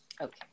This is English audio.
Okay